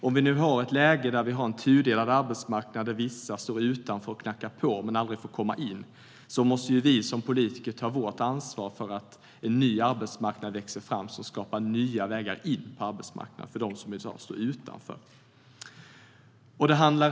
Om vi nu har ett läge med en tudelad arbetsmarknad där vissa står utanför och knackar på men aldrig får komma in måste vi som politiker ta vårt ansvar för att en ny arbetsmarknad ska växa fram som skapar nya vägar in på arbetsmarknaden för dem som står utanför. Herr talman!